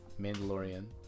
Mandalorian